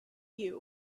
you